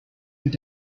mit